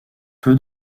peu